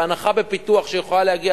והנחה בפיתוח שיכולה להגיע